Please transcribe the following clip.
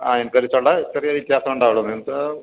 അതനുസരിച്ചുള്ള ചെറിയ വ്യത്യാസം ഉണ്ടാവുള്ളൂ നിങ്ങൾക്ക്